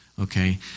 Okay